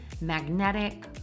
magnetic